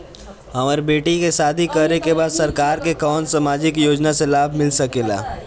हमर बेटी के शादी करे के बा सरकार के कवन सामाजिक योजना से लाभ मिल सके ला?